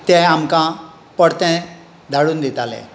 ते आमकां परते धाडून दिताले